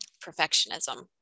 perfectionism